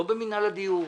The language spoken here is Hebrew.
לא במינהל הדיור,